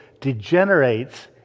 degenerates